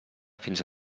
fins